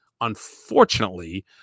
Unfortunately